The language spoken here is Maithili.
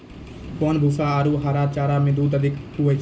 कोन भूसा आरु हरा चारा मे दूध अधिक होय छै?